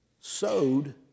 sowed